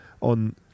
on